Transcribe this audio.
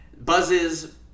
buzzes